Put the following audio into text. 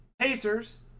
Pacers